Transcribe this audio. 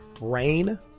rain